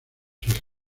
hijas